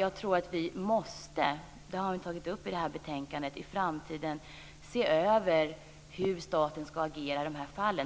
Jag tror att vi i framtiden, vilket tas upp i detta betänkande, måste se över hur staten ska agera i sådana här fall.